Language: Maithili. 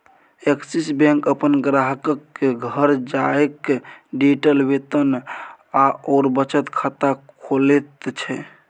एक्सिस बैंक अपन ग्राहकक घर जाकए डिजिटल वेतन आओर बचत खाता खोलैत छै